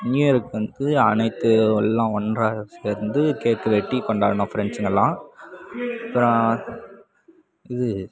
new இயருக்கு வந்து அனைத்து எல்லாம் ஒன்றாக சேர்ந்து கேக்கு வெட்டி கொண்டாடினோம் ஃப்ரெண்ட்ஸுங்கல்லாம் அப்புறம் இது